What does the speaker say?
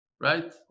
Right